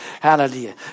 Hallelujah